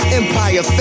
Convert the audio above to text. empire